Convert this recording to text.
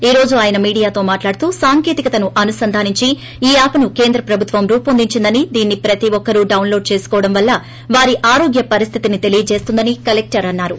ఈ రోజు ఆయన మీడియాతో మాట్లాడుతూ సాంకేతికతను అనుసంధానించి ఈ యాప్ ను కేంద్ర ప్రభుత్వం రూపొందించిందని దీనిని ప్రతి ఒక్కరూ డౌస్ లోడ్ చేసుకోవడం వలన వారి ఆరోగ్య పరిస్దితిని తెలియజేస్తుందని కలెక్టర్ అన్నారు